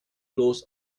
bloß